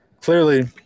clearly